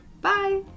Bye